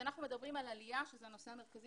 כשאנחנו מדברים על עלייה שזה הנושא המרכזי